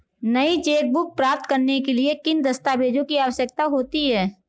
नई चेकबुक प्राप्त करने के लिए किन दस्तावेज़ों की आवश्यकता होती है?